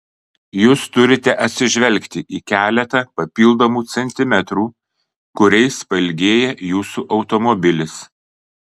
jūs turite atsižvelgti į keletą papildomų centimetrų kuriais pailgėja jūsų automobilis